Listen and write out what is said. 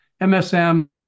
MSM